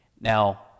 Now